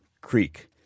Creek